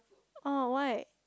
oh why